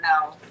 no